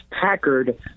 Packard